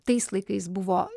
tais laikais buvo